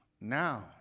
Now